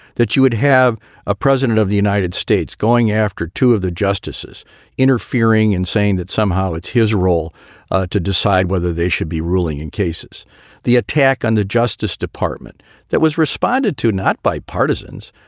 that you would have a president of the united states going after two of the justices interfering and saying that somehow it's his role to decide whether they should be ruling in cases the attack on the justice department that was responded to not by partisans,